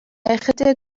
ychydig